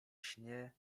śnie